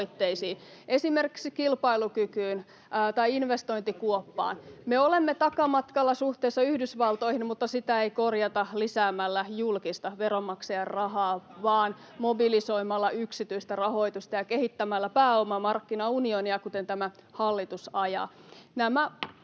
esimerkiksi kilpailukykyyn tai investointikuoppaan. Me olemme takamatkalla suhteessa Yhdysvaltoihin, mutta sitä ei korjata lisäämällä julkista, veronmaksajan rahaa vaan mobilisoimalla yksityistä rahoitusta ja kehittämällä pääomamarkkinaunionia, kuten tämä hallitus ajaa.